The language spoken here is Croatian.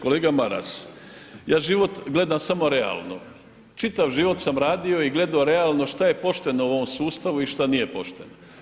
Kolega Maras, ja život gledam samo realno, čitav život sam radio i gledao realno šta je pošteno u ovom sustavu i šta nije pošteno.